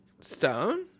stone